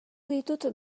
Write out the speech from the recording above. ditut